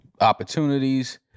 opportunities